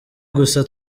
gusa